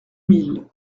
mille